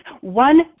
one